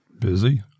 Busy